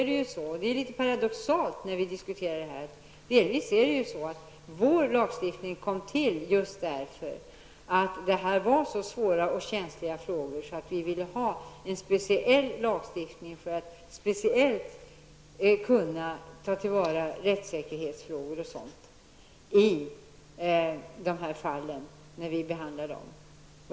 Det är något paradoxalt, men vår lagstiftning kom delvis till just för att dessa frågor är så svåra och känsliga att vi ville ha en speciell lagstiftning för att särskilt kunna ta till vara rättssäkerhetsaspekterna vid bedömningen av dessa fall.